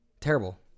terrible